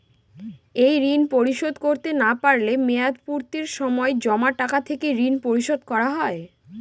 এই ঋণ পরিশোধ করতে না পারলে মেয়াদপূর্তির সময় জমা টাকা থেকে ঋণ পরিশোধ করা হয়?